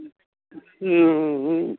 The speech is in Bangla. হুম